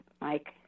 Mike